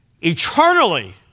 eternally